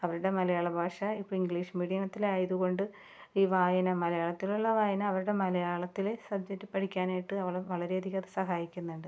അവരുടെ മലയാള ഭാഷ ഇപ്പോൾ ഇംഗ്ലീഷ് മീഡിയത്തിലായതുകൊണ്ട് ഈ വായന മലയാളത്തിലുള്ള വായന അവരുടെ മലയാളത്തിലെ സബ്ജെക്ട് പഠിക്കാനായിട്ട് അവരെ വളരേയധികം അത് സഹായിക്കുന്നുണ്ട്